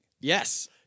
Yes